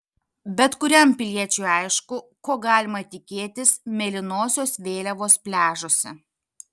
bet kuriam piliečiui aišku ko galima tikėtis mėlynosios vėliavos pliažuose